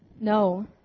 No